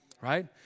right